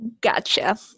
Gotcha